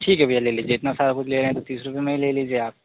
ठीक भैया ले लीजिए इतना सारा कुछ ले रहे हैं तो तीस रुपये में ही ले लीजिए आप